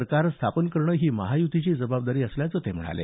सरकार स्थापन करणं ही महायुतीची जबाबदारी असल्याचं ते म्हणाले